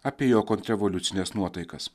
apie jo kontrrevoliucines nuotaikas